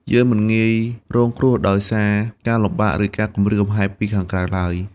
យើងមិនងាយរងគ្រោះដោយសារការលំបាក ឬការគំរាមកំហែងពីខាងក្រៅឡើយ។